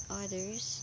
others